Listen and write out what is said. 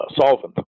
solvent